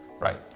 Right